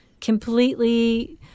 completely